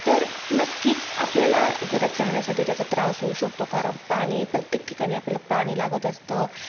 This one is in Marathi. तर नक्कीच आपल्याला घरात राहण्यासाठी त्याचा त्रास होऊ शकतो कारण पानी प्रत्येक ठिकाणी आपल्याला पाणी लागत असतं